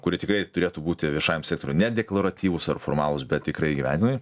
kurie tikrai turėtų būti viešajam sektoriui ne deklaratyvūs ar formalūs bet tikrai įgyvendinami